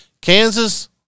Kansas